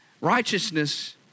Righteousness